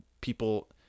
people